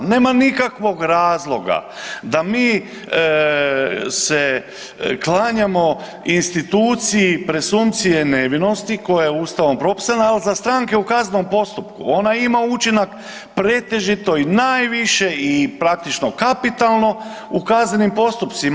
Nema nikakvog razloga da mi se klanjamo instituciji presumpcije nevinosti koja je Ustavom propisana ali za stranke u kaznenom postupku ona ima učinak pretežito i najviše i praktično kapitalno u kaznenim postupcima.